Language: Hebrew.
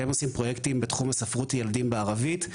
שהם עושים פרויקטים בתחום ספרות ילדים בערבית.